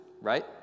Right